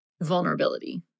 vulnerability